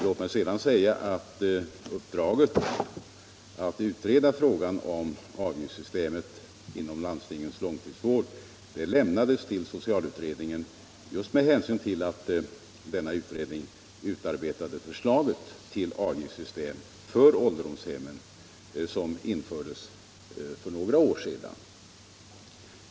Låt mig sedan säga att uppdraget att utreda frågan om avgiftssystemet inom landstingens långtidsvård lämnades till socialutredningen just med hänsyn till att den utredningen utarbetade förslaget till det avgiftssystem för ålderdomshemmen som infördes för några år sedan.